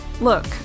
Look